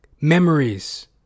memories